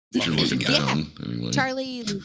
Charlie